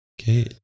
Okay